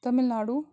Tamil Nadu